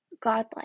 Godlike